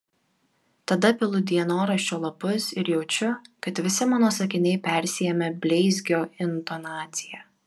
tada pilu dienoraščio lapus ir jaučiu kad visi mano sakiniai persiėmę bleizgio intonacija